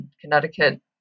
Connecticut